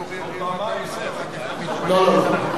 לא, לא.